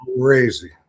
crazy